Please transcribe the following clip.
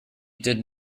did